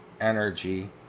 energy